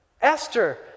Esther